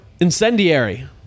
Incendiary